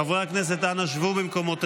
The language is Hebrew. חברי הכנסת, אנא שבו במקומותיכם.